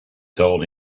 told